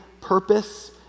purpose